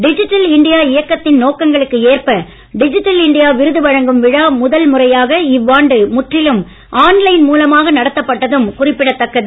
digital India இயக்கத்தின் நோக்கங்களுக்கு ஏற்ப டிஜிட்டல் இண்டியா விருது வழங்கும் விழா முதல் முறையாக இவ்வாண்டு முற்றிலும் ஆன்லைன் மூலமாக நடத்தப்பட்டதும் குறிப்பிடத்தக்கது